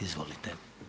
Izvolite.